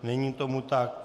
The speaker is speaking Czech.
Není tomu tak.